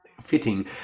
fitting